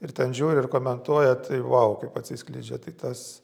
ir ten žiūri ir komentuoja tai vau kaip atsiskleidžia tai tas